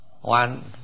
One